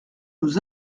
nous